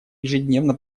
ежедневно